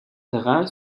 terrain